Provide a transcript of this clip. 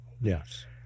Yes